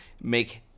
make